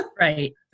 Right